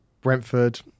Brentford